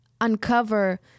uncover